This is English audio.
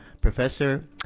Professor